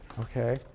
Okay